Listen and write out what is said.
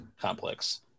complex